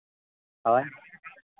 ᱦᱳᱭ